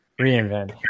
reInvent